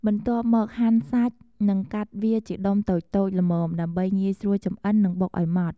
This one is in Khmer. បន្ទាប់មកហាន់សាច់ និងកាត់វាជាដុំតូចៗល្មមដើម្បីងាយស្រួលចម្អិននិងបុកឱ្យម៉ដ្ឋ។